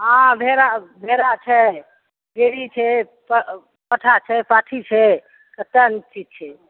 हँ भेड़ा भेड़ा छै भेड़ी छै पठा छै पाठी छै कते ने चीज छै